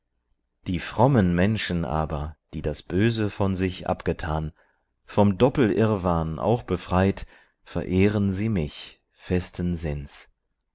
die frommen menschen aber die das böse von sich abgetan vom doppel irrwahn auch befreit verehren sie mich festen sinns